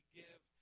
give